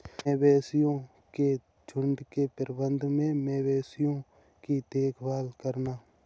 beef मवेशियों के झुंड के प्रबंधन में मवेशियों की देखभाल करना